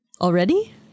Already